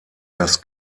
das